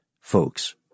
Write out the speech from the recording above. folks